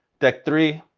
deck three,